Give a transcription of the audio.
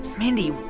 mindy,